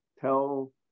tell